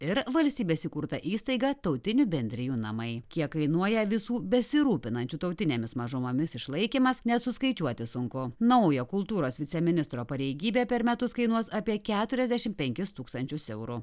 ir valstybės įkurta įstaiga tautinių bendrijų namai kiek kainuoja visų besirūpinančių tautinėmis mažumomis išlaikymas net suskaičiuoti sunku nauja kultūros viceministro pareigybė per metus kainuos apie keturiasdešim penkis tūkstančius eurų